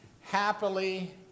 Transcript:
happily